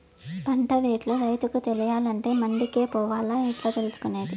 పంట రేట్లు రైతుకు తెలియాలంటే మండి కే పోవాలా? ఎట్లా తెలుసుకొనేది?